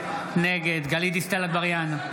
נגד גלית דיסטל אטבריאן,